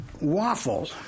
waffle